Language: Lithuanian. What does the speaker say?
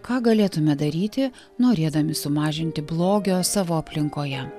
ką galėtumėme daryti norėdami sumažinti blogio savo aplinkoje